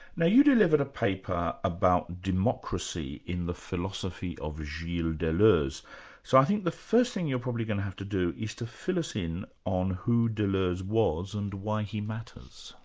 now you delivered a paper about democracy in the philosophy of gilles deleuze so i think the first thing you are probably going to have to do is to fill us in on who deleuze was and why he matters?